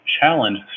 challenge